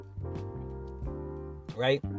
Right